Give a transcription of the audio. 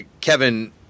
Kevin